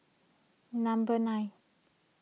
number nine